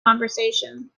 conversation